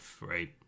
right